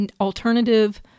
alternative